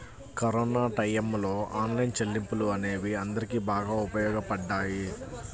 corona టైయ్యంలో online చెల్లింపులు అనేవి అందరికీ బాగా ఉపయోగపడ్డాయి